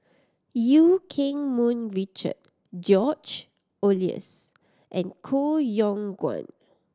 Eu Keng Mun Richard George Oehlers and Koh Yong Guan